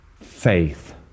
Faith